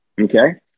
Okay